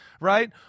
right